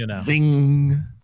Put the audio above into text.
Zing